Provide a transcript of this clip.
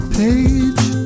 page